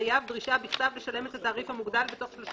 החייב) דרישה בכתב לשלם את התעריף המוגדל בתוך 30